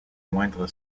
moindre